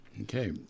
Okay